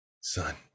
Son